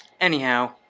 Anyhow